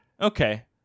Okay